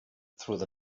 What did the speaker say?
through